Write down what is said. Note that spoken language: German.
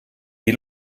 die